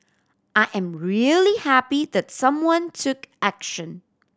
I am really happy that someone took action